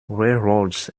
railroads